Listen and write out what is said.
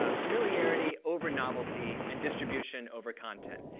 ah familiarity over novelty and distribution over content.